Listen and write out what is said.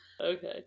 Okay